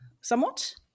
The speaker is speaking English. somewhat